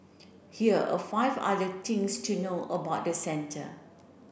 here are five other things to know about the centre